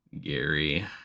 Gary